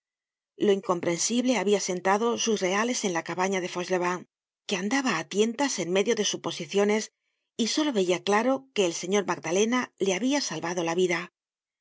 lo incomprensible habia sentado sus reales en la cabaña de fauchelevent que andaba á tientas en medio de suposiciones y solo veia claro que el señor magdalena le habia salvado la vida